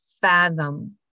fathom